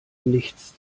nichts